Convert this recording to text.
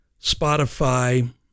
Spotify